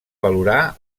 valorar